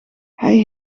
hij